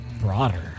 Broader